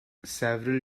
several